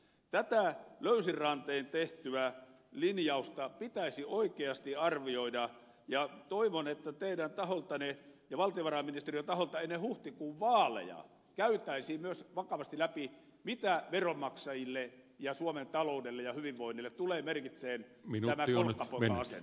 tätä löysin rantein tehtyä linjausta pitäisi oikeasti arvioida ja toivon että teidän ja valtiovarainministeriön taholta ennen huhtikuun vaaleja käytäisiin myös vakavasti läpi mitä veronmaksajille ja suomen taloudelle ja hyvinvoinnille tulee merkitsemään tämä kolkkapoika asenne